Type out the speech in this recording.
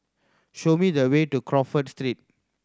show me the way to Crawford Street